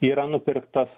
yra nupirktas